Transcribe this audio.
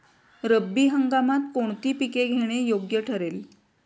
रब्बी हंगामात कोणती पिके घेणे योग्य ठरेल?